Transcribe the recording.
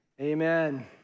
amen